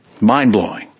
Mind-blowing